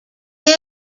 they